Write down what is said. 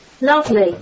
Lovely